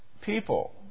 people